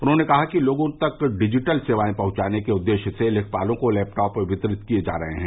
उन्होंने कहा कि लोगों तक डिजिटल सेवाये पहुंचाने के उद्देश्य से लेखपालों को लैपटॉप वितरित किये जा रहे हैं